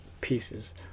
pieces